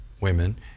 women